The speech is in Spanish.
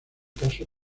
caso